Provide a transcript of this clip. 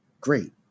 great